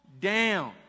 down